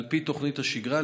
על פי תוכנית השגרה,